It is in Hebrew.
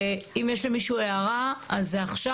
ואם יש למישהו הערה, אז זה עכשיו.